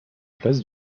place